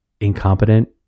incompetent